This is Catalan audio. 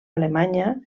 alemanya